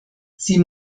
sie